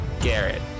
Garrett